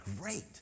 great